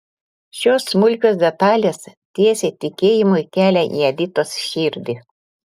šios smulkios detalės tiesė tikėjimui kelią į editos širdį